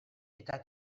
eta